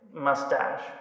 mustache